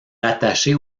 rattachée